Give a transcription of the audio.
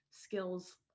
Skills